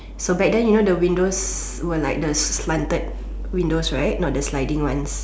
so back then you know the windows were like the slanted windows right not the sliding one